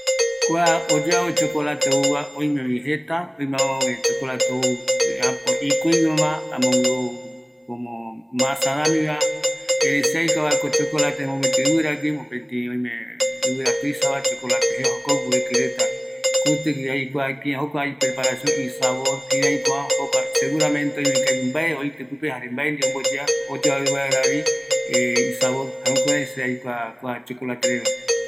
﻿Kua oyoavi chokolate ouva oimevi jeta, oime amöguë, oime amöguë chokolate ou äpo ikuiñoma, amöguë ou komo masaramiva, erei se aikuavako chokolate mopeti iviragui, mopeti oime ivira tuisava chokolate jeva, jokogui oeki reta, kutigui aikua kirai jokua ipreparacion, isabor kiraikova jokua seguramente oimeko aipo mbae oiti pipe jare mbae ndie omboyea, oyoavi vaeravi isabor jare jukurai se aikua chokolate regua